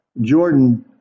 Jordan